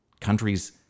countries